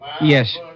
Yes